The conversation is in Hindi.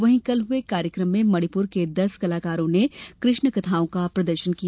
वहीं कल हुए कार्यक्रम में मणिपुर के दस कलाकारों ने कृष्ण कथाओं का प्रदर्शन किया